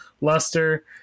luster